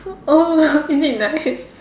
oh is it nice